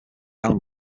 island